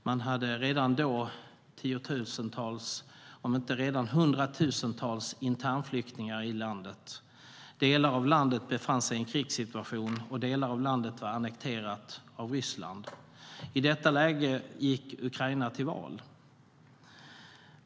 Man hade tiotusentals - om inte redan då hundratusentals - internflyktingar. Delar av landet befann sig i en krigssituation, och delar av landet var annekterade av Ryssland. I detta läge gick Ukraina till val.